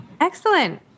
Excellent